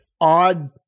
odd